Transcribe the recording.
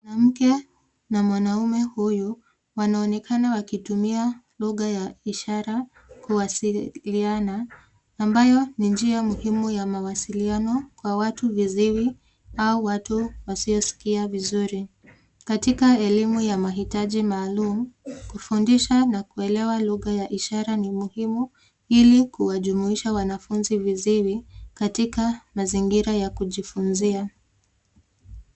Mwanamke na mwanaume huyu wanaonekana wakitumia lugha ya ishara kuwasiliana, ambayo ni njia muhimu ya mawasiliano kwa watu viziwi au watu wasiosikia vizuri. Katika elimu ya mahitaji maalum kufundisha na kuelewa lugha ya ishara ni muhimu ili kuwajumuisha wanafunzi viziwi katika mazingira ya kujifunzia.